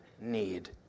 need